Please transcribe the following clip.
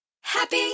happy